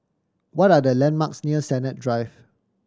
what are the landmarks near Sennett Drive